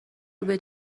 روبه